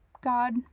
God